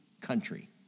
country